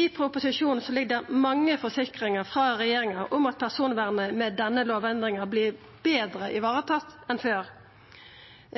I proposisjonen ligg det mange forsikringar frå regjeringa om at personvernet ved denne lovendringa vert betre varetatt enn før.